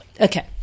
okay